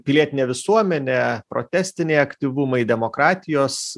pilietinė visuomenė protestiniai aktyvumai demokratijos